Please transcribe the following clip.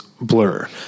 blur